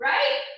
Right